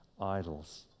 idols